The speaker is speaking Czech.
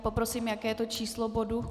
Poprosím, jaké je to číslo bodu?